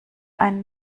einen